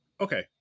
okay